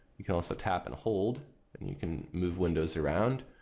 you can also tap and hold and you can move windows around.